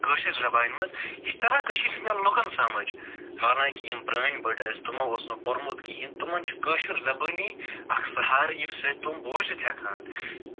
کٲشِر زَبانۍ منٛز یہِ چھِ تران کٔشیٖر ہِنٛدٮ۪ن لُکَن سَمجھ حالانکہِ یِم پرٛٲنۍ بٔڑٕ ٲسۍ تِمو اوس نہٕ پوٚرمُت کِہیٖنۍ کِہیٖںۍ تِمَن چھُ کٲشُر زَبٲنہِ اکھ سہارٕ ییٚمہِ سۭتۍ تِم بوٗزِتھ ہٮ۪کہٕ ہن